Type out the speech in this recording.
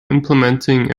implementing